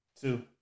two